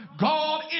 God